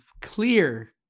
clear